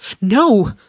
No